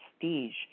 prestige